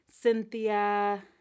Cynthia